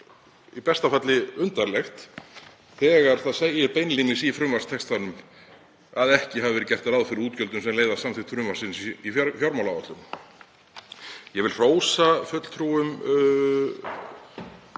í besta falli undarlegt þegar það segir beinlínis í frumvarpstextanum að ekki hafi verið gert ráð fyrir útgjöldum sem leiða af samþykkt frumvarpsins í fjármálaáætlun. Ég vil hrósa fulltrúum